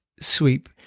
sweep